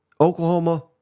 Oklahoma